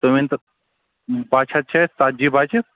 تُہۍ ؤنۍتَو بچہٕ حظ چھِ اَسہِ ژتجی بچہٕ